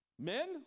men